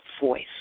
voice